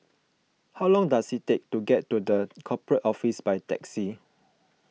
how long does it take to get to the Corporate Office by taxi